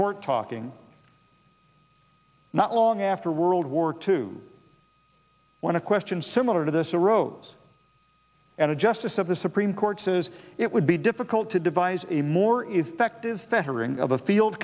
court talking not long after world war two when a question similar to this arose and a justice of the supreme court says it would be difficult to devise a more effective fettering of a field